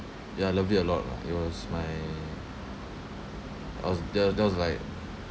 ya I loved it a lot lah it was my I was the that was like